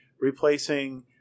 replacing